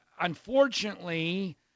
unfortunately